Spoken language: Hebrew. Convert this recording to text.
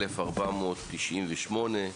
כמובן, 1498,